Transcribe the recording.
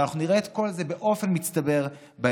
ואנחנו נראה את כל זה באופן מצטבר בהמשך.